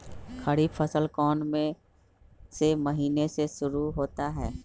खरीफ फसल कौन में से महीने से शुरू होता है?